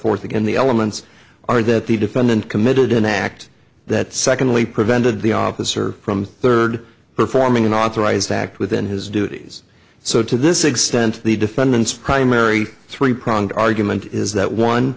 forth again the elements are that the defendant committed an act that secondly prevented the officer from third performing unauthorized act within his duties so to this extent the defendant's primary three pronged argument is that one